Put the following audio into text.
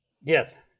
Yes